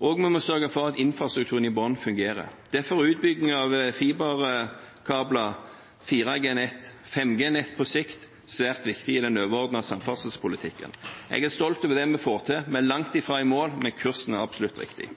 Vi må også sørge for at infrastrukturen i bunnen fungerer. Derfor er utbyggingen av fiberkabler og 4G-nett – 5G-nett på sikt – svært viktig i den overordnede samferdselspolitikken. Jeg er stolt over det vi får til. Vi er langt ifra i mål, men kursen er absolutt riktig.